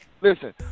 Listen